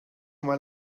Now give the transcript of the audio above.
mal